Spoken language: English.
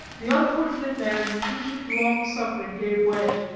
the unfortunate man's patient long-suffering gave way.